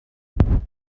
planet